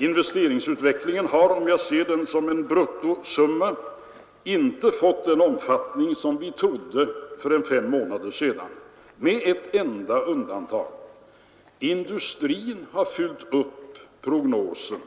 Investeringsutvecklingen har — om jag ser den som en bruttosumma — inte fått den omfattning som vi trodde för fem månader sedan, med ett enda undantag: industrin har fyllt upp prognosen.